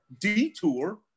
detour